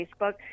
Facebook